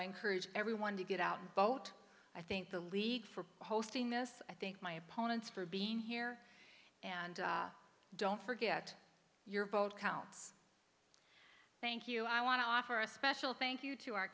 encourage everyone to get out and vote i think the league for hosting this i think my opponents for being here and don't forget you're both counts thank you i want to offer a special thank you to